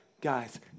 Guys